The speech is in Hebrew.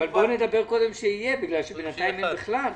בואו נדבר קודם שיהיה בגלל שבינתיים אין בכלל.